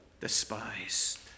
despised